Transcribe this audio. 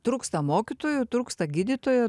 trūksta mokytojų trūksta gydytojų